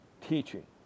teaching